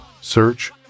search